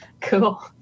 cool